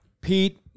Pete